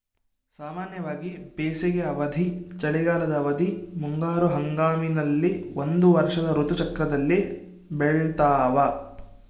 ಸಾಮಾನ್ಯವಾಗಿ ಬೇಸಿಗೆ ಅವಧಿ, ಚಳಿಗಾಲದ ಅವಧಿ, ಮುಂಗಾರು ಹಂಗಾಮಿನಲ್ಲಿ ಒಂದು ವರ್ಷದ ಋತು ಚಕ್ರದಲ್ಲಿ ಬೆಳ್ತಾವ